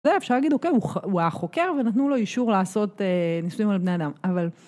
זה אפשר להגיד, הוא היה חוקר ונתנו לו אישור לעשות ניסויים על בני אדם, אבל...